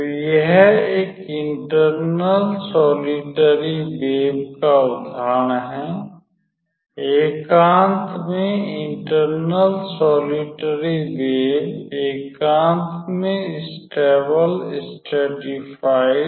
तो यह एक इंटरनल सोलिटरी वेव का उदाहरण है एकांत में इंटरनल सोलिटरी वेव एकांत में स्टेवल स्ट्रेटिफाइड